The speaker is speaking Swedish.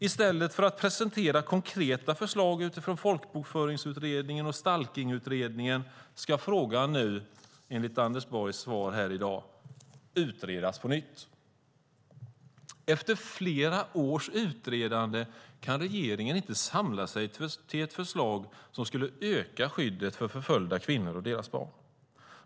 I stället för att presentera konkreta förslag från Folkbokföringsutredningen och Stalkningsutredningen ska frågan, enligt Anders Borgs svar här i dag, utredas på nytt. Efter flera års utredande kan regeringen inte samla sig till ett förslag som skulle öka skyddet för förföljda kvinnor och deras barn.